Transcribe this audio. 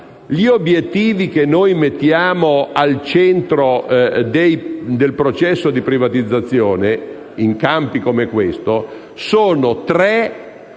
gli obiettivi che noi mettiamo al centro del processo di privatizzazione in campi come questo restano tre